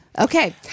Okay